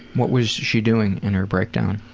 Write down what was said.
what was she doing in her breakdown?